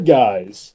guys